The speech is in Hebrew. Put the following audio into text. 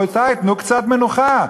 רבותי, תנו קצת מנוחה.